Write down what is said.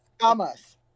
Thomas